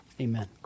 amen